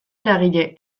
eragile